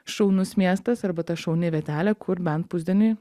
šaunus miestas arba ta šauni vietelė kur bent pusdienį